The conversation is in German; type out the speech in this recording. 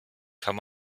kann